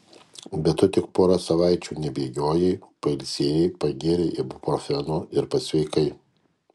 bet tu tik porą savaičių nebėgiojai pailsėjai pagėrei ibuprofeno ir pasveikai